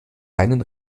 einen